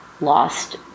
lost